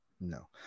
No